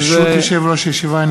ברשות יושב-ראש הישיבה,